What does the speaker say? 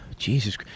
Jesus